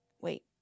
Wait